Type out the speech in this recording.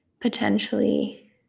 potentially